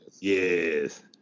Yes